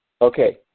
Okay